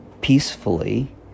peacefully